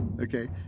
Okay